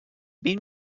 vint